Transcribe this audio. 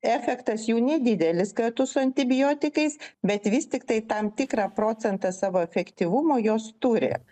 efektas jų nedidelis kartu su antibiotikais bet vis tiktai tam tikrą procentą savo efektyvumo jos turi